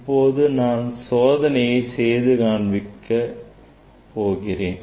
இப்போது நான் சோதனையை செய்து காண்பிக்கிறேன்